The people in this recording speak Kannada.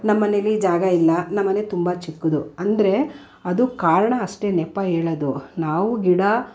ನಮ್ಮ ಮನೇಲಿ ಜಾಗ ಇಲ್ಲ ನಮ್ಮ ಮನೆ ತುಂಬ ಚಿಕ್ಕದು ಅಂದರೆ ಅದು ಕಾರಣ ಅಷ್ಟೇ ನೆಪ ಹೇಳೋದು ನಾವು ಗಿಡ